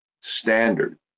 standard